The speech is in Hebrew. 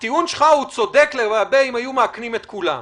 הטיעון שלך היה צודק אם היו מאכנים את כולם,